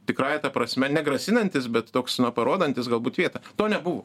tikrąja ta prasme negrasinantis bet toks na parodantis galbūt vietą to nebuvo